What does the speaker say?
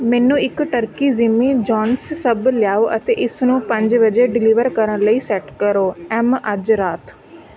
ਮੈਨੂੰ ਇੱਕ turkey Jimmy John's sub ਲਿਆਓ ਅਤੇ ਇਸਨੂੰ ਪੰਜ ਵਜੇ ਡਿਲੀਵਰ ਕਰਨ ਲਈ ਸੈੱਟ ਕਰੋ ਐਮ ਅੱਜ ਰਾਤ